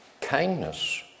kindness